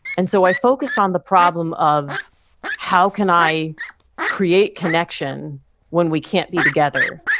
and so i focused on the problem of how can i create connection when we can't be together?